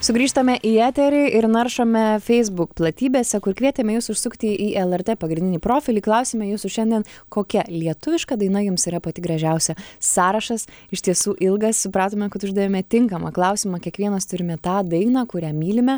sugrįžtame į eterį ir naršome feisbuk platybėse kur kvietėme jus užsukti į lrt pagrindinį profilį klausime jūsų šiandien kokia lietuviška daina jums yra pati gražiausia sąrašas iš tiesų ilgas supratome kad uždavėme tinkamą klausimą kiekvienas turime tą dainą kurią mylime